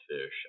fish